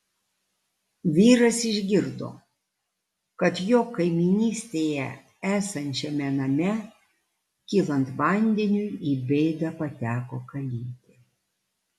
vyras išgirdo kad jo kaimynystėje esančiame name kylant vandeniui į bėdą pateko kalytė